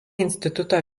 instituto